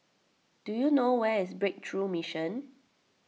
do you know where is Breakthrough Mission